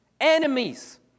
enemies